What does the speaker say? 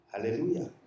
Hallelujah